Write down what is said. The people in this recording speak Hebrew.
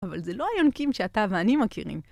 אבל זה לא היונקים שאתה ואני מכירים.